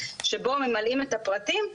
שבו ממלאים את הפרטים,